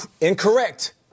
incorrect –